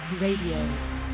Radio